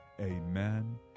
Amen